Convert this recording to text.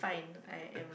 it's fine